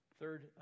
Third